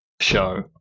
show